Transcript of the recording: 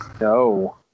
No